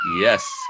Yes